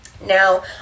Now